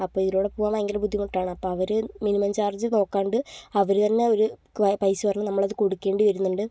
അപ്പം ഇതിലൂടെ പോകാൻ ഭയങ്കര ബുദ്ധിമുട്ടാണ് അപ്പം അവർ മിനിമം ചാർജ് നോക്കാതെ അവർ തന്നെ ഒരു പൈസ പറഞ്ഞ് നമ്മൾ അത് കൊടുക്കേണ്ടി വരുന്നുണ്ട്